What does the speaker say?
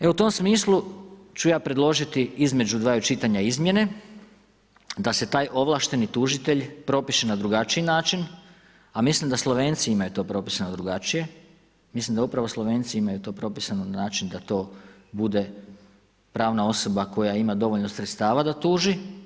E u tom smislu ću ja predložiti između dvaju čitanja izmjene da se taj ovlašteni tužitelj propiše na drugačiji način a mislim da Slovenci imaju to propisano drugačije, mislim da upravo Slovenci imaju to propisano na način da to bude pravna osoba koja ima dovoljno sredstava da tuži.